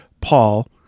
Paul